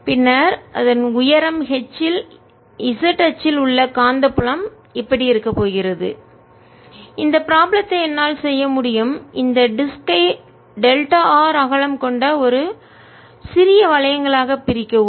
பின்னர் உயரம் h இல் z அச்சில் உள்ள காந்தப்புலம் இப்படி இருக்கப் போகிறது இந்த ப்ராப்ளம் த்தை என்னால் செய்ய முடியும் இந்த டிஸ்க்வட்டு ஐ டெல்டா r அகலம் கொண்ட சிறிய வளையங்களாக பிரிக்கவும்